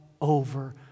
over